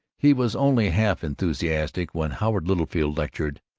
he was only half-enthusiastic when howard littlefield lectured,